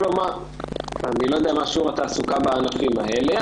אני לא יודע מה שיעור התעסוקה בענפים האלה.